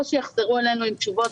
או שיחזרו אלינו עם תשובות,